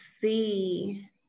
see